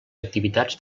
activitats